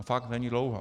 Fakt není dlouhá.